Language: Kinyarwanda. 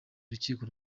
urukiko